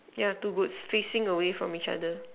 yea two boots facing away from each other